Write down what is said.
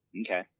Okay